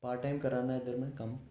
part time में करै'रना इद्धर में कम्म